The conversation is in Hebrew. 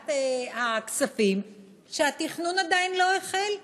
בוועדת הכספים שהתכנון עדיין לא החל.